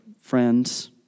friends